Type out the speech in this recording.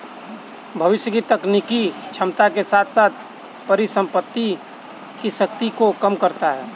भविष्य की तकनीकी क्षमता के साथ साथ परिसंपत्ति की शक्ति को कम करता है